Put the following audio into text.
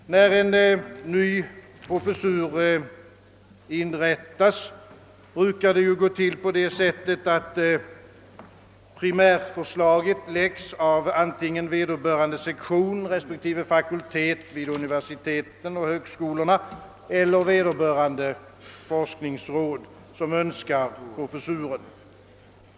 När en ny professur inrättas, Butiker det gå till så, att primärförslaget framläggs av antingen vederbörande sektion respektive fakultet vid universiteten och högskolorna eller vederbörande forskningsråd som önskar professuren.